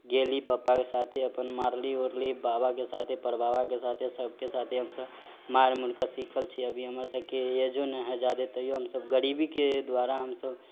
गेली पप्पा के साथे अपन मारली ऊरली बाबा के साथे परबाबा के साथे सबके साथे हमसब मार मुर कऽ सिखल छी अभी हमरसबके ऐजो न है जादे तैयो हमसब गरीबी के द्वारा हमसब